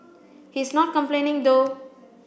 he is not complaining though